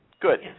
Good